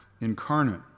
incarnate